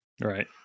Right